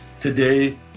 today